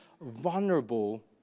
vulnerable